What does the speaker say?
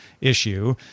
issue